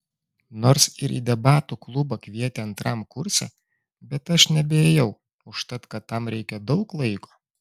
nors ir į debatų klubą kvietė antram kurse bet aš nebeėjau užtat kad tam reikia daug laiko